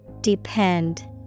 Depend